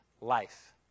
life